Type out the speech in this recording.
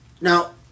Now